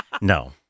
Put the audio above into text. No